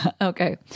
Okay